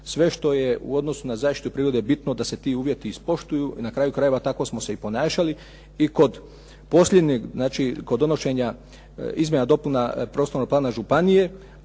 sve što je u odnosu na zaštitu prirode bitno da se ti uvjeti ispoštuju. I na kraju krajeva tako smo se i ponašali. I kod donošenja, znači kod donošenja izmjena i dopuna prostornog plana županije,